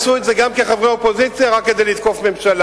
אל תעשו את זה גם כחברי אופוזיציה רק כדי לתקוף ממשלה.